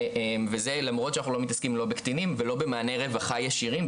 וזה למרות שאנחנו לא מתעסקים בקטינים ולא במעני רווחה ישירים,